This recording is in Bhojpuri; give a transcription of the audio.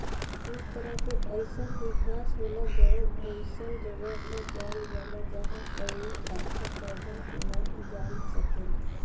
कुछ तरह के अईसन भी घास होला जवन ओइसन जगह पर जाम जाला जाहा कवनो अच्छा पौधा ना जाम सकेला